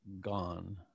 gone